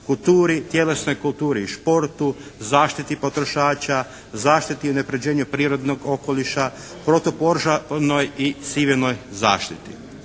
kulturi, tjelesnoj kulturi i športu, zaštiti potrošača, zaštiti i unapređenju prirodnog okoliša, protupožarnoj i civilnoj zaštiti.